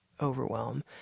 Overwhelm